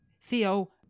Theo